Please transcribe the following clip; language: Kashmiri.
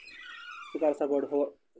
ژٕ کر سا گۄڈٕ ہُہ